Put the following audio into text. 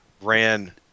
ran